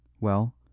Well